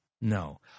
No